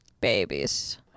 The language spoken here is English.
Babies